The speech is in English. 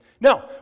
No